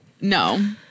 No